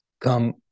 come